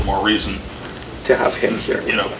the more reason to have him here you know